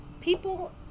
people